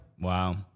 Wow